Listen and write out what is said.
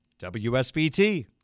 WSBT